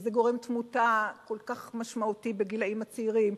וזה גורם תמותה כל כך משמעותי בגילים הצעירים,